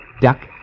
duck